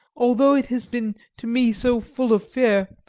although it has been to me so full of fear,